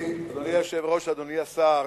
אדוני היושב-ראש, אדוני השר,